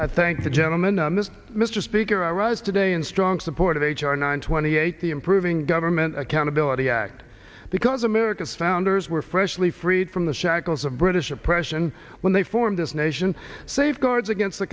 thank gentlemen this mr speaker i rise today in strong support of h r nine twenty eight the improving government accountability act because america's founders were freshly freed from the shackles of british oppression when they formed this nation safeguards against the